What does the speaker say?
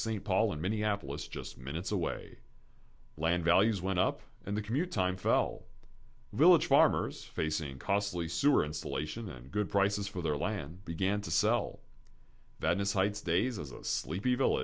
st paul and minneapolis just minutes away land values went up and the commute time fell village farmers facing costly sewer insulation and good prices for their land began to sell that incites days as a sleep